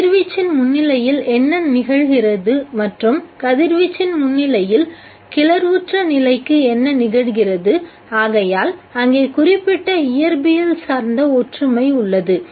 கதிர்வீச்சின் முன்னிலையில் என்ன நிகழ்கிறது மற்றும் கதிர்வீச்சின் முன்னிலையில் கிளர்வுற்ற நிலைக்கு என்ன நிகழ்கிறது ஆகையால் அங்கே குறிப்பிட்ட இயற்பியல் சார்ந்த ஒற்றுமை உள்ளது